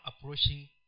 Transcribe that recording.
approaching